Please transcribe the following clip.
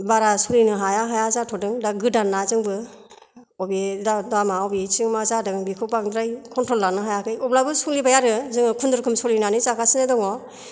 बारा सोलिनो हाया जाथ'दों दा गोदान ना जोंबो अबे दामआ अबेथिं मा जादों बेखौ बांद्राय कन्ट्रल लानो हायाखै अब्लाबो सोलिबाय आरो जोङो खुनुरुखुम सोलिनानै जागासिनो दङ